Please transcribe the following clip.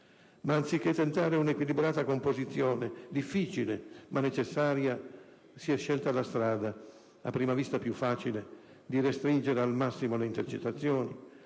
anziché tentare una equilibrata composizione, difficile ma necessaria, si è scelta la strada, a prima vista più facile, di restringere al massimo le intercettazioni,